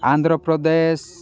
Andhra Pradesh